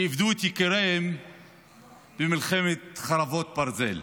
שאיבדו את יקיריהן במלחמת חרבות ברזל.